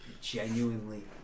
genuinely